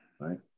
right